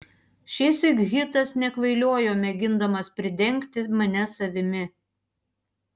šįsyk hitas nekvailiojo mėgindamas pridengti mane savimi